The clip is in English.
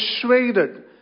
persuaded